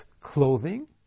clothing